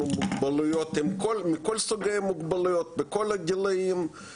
אי אפשר לגמרי לבטל, לדחות ולהמשיך עם הסחבת הזו.